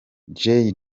jay